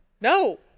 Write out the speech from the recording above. No